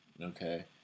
Okay